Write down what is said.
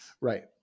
Right